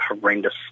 horrendous